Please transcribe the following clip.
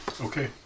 Okay